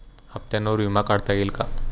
हप्त्यांवर विमा काढता येईल का?